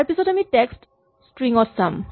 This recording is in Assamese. ইয়াৰপিছত আমি টেক্স্ট ক স্ট্ৰিং ত চাম